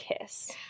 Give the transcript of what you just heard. kiss